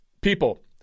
People